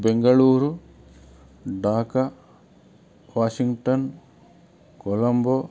Bengaluru Dhaka Washington Colombo